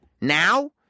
Now